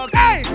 hey